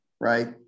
right